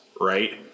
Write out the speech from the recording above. right